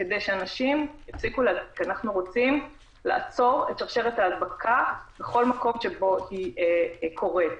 אנחנו רוצים לעצור את שרשרת ההדבקה בכל מקום שבו היא קורית.